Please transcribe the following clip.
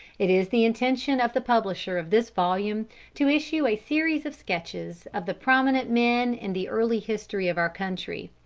it is the intention of the publisher of this volume to issue a series of sketches of the prominent men in the early history of our country.